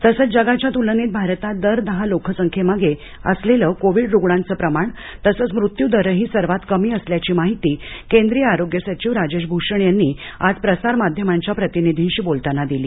तसंच जगाच्या तुलनेत भारतात दर दहा लोकसंख्येमागे असलेलं कोविड रुग्णांच प्रमाण तसंच मृत्यूदरही सर्वात कमी असल्याची माहिती केंद्रीय आरोग्य सचिव राजेश भूषण यांनी आज प्रसार माध्यमांच्या प्रतिनिधींशी बोलताना दिली